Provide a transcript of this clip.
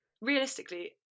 realistically